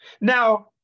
Now